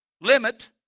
limit